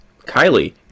kylie